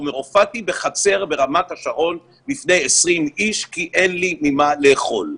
הוא אומר: הופעתי בחצר ברמת השרון לפני 20 איש כי אין לי ממה לאכול,